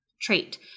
trait